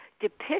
depict